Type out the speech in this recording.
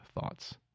thoughts